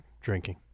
drinking